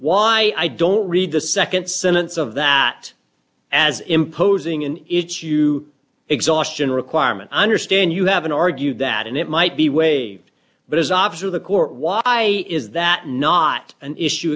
why i don't read the nd sentence of that as imposing in each you exhaustion requirement i understand you haven't argued that and it might be waived but as opposite of the court why is that not an issue